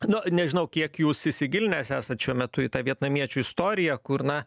nu nežinau kiek jūs įsigilinęs esat šiuo metu į tą vietnamiečių istoriją kur na